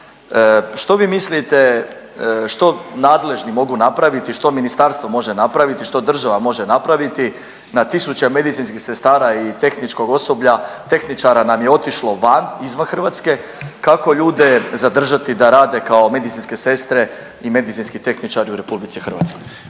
Što vi mislite, što nadležni mogu napraviti, što ministarstvo može napraviti, što država može napraviti na tisuće medicinskih sestara i tehničkog osoblja, tehničara nam je otišlo van, izvan Hrvatske, kako ljude zadržati da rade kao medicinske sestre i medicinski tehničari u RH?